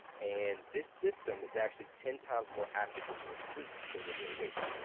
and this system is actually ten times more active when you're asleep than when you're awake.